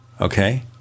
Okay